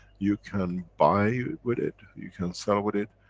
you can buy with it, you can sell with it,